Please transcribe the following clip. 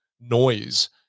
noise